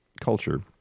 culture